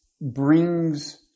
brings